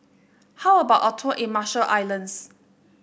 how about a tour in Marshall Islands